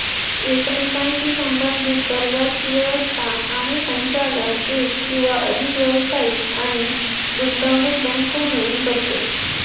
एकमेकांशी संबद्धीत कर्जाची व्यवस्था आणि संचालन एक किंवा अधिक व्यावसायिक आणि गुंतवणूक बँको मिळून करतत